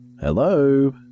Hello